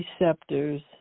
receptors